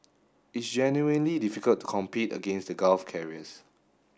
it's genuinely difficult to compete against the Gulf carriers